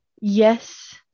yes